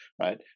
right